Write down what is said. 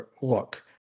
look